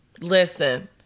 Listen